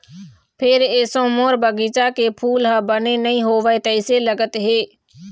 फेर एसो मोर बगिचा के फूल ह बने नइ होवय तइसे लगत हे